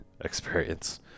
experience